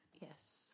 Yes